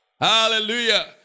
Hallelujah